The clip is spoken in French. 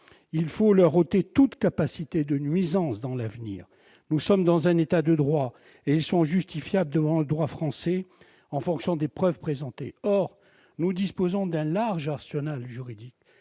« revenants » toute capacité de nuire à l'avenir. Nous sommes dans un État de droit et ils sont justiciables devant le droit français en fonction des preuves présentées. Or, nous disposons d'un ample arsenal juridique.